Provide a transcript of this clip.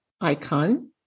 icon